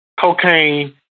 cocaine